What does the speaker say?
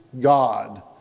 God